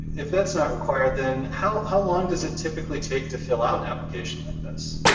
if that's not required then how how long does it typically take to fill out an application like this?